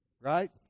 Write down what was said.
right